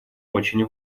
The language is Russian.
очень